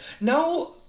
Now